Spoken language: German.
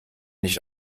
nicht